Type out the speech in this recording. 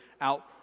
out